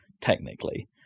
technically